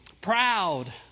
proud